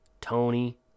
Tony